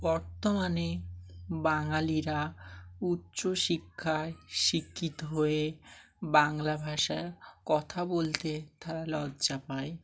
বর্তমানে বাঙালিরা উচ্চশিক্ষায় শিক্ষিত হয়ে বাংলা ভাষা কথা বলতে তারা লজ্জা পায়